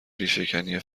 ریشهکنی